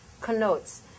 connotes